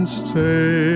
stay